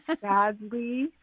sadly